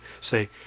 say